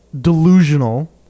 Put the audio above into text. delusional